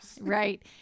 Right